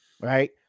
right